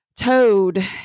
toad